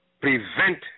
prevent